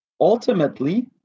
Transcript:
Ultimately